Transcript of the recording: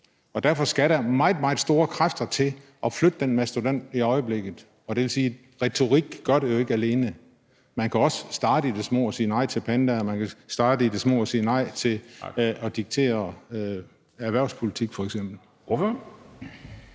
Derfor skal der meget, meget store kræfter til at flytte den mastodont i øjeblikket. Det vil sige, at retorik jo ikke gør det alene. Man kan også starte i det små og sige nej til pandaer, og man kan starte i det små og sige nej til f.eks. at få dikteret sin erhvervspolitik. Kl.